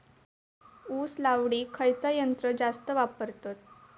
ऊस लावडीक खयचा यंत्र जास्त वापरतत?